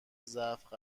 ضعف